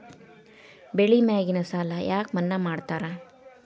ಬೆಳಿ ಮ್ಯಾಗಿನ ಸಾಲ ಯಾಕ ಮನ್ನಾ ಮಾಡ್ತಾರ?